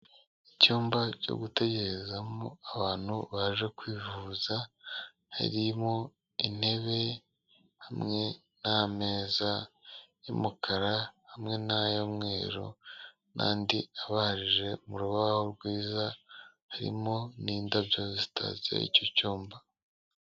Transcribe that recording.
icyumba cyo gutegerezamo abantu baje kwivuza harimo, intebe hamwe nameza yumukara, hamwe namweru, nanandi abaje mu rubahobo rwiza harimo n'indabyo zitatse icyo cyumba.